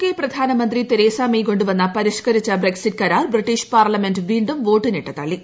K പ്രധാനമന്ത്രി Theresa May കൊണ്ടുവന്ന പരിഷ്കരിച്ച ബ്രക്സിറ്റ് കരാർ ബ്രിട്ടീഷ് പാർലമെന്റ് വീണ്ടും വോട്ടിനിട്ട് തള്ളി